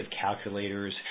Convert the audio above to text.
calculators